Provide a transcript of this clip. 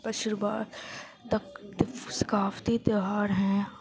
مشروبات ثقافتی تہوار ہیں